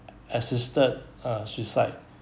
assisted uh suicide